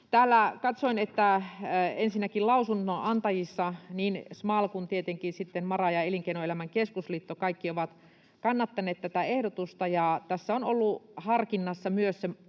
Katsoin, että täällä ensinnäkin lausunnonantajissa niin SMAL kuin tietenkin sitten MaRa ja Elinkeinoelämän keskusliitto, kaikki, ovat kannattaneet tätä ehdotusta. Tässä on ollut harkinnassa myös se